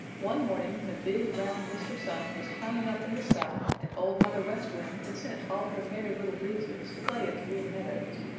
one morning when big round mr. sun was climbing up in the sky and old mother west wind had sent all her merry little breezes to play in the green meadows,